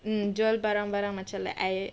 mm jual barang-barang macam like air